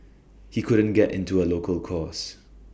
he couldn't get into A local course